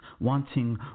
wanting